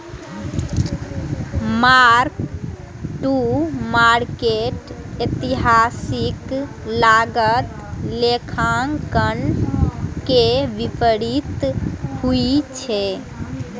mark to market एतिहासिक लागत लेखांकन के विपरीत होइ छै